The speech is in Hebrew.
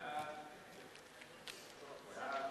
סעיפים